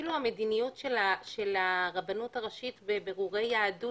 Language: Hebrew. אפילו המדיניות של הרבנות הראשית בבירורי יהדות